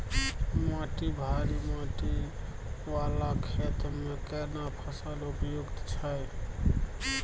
माटी भारी माटी वाला खेत में केना फसल उपयुक्त छैय?